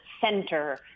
center